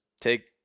take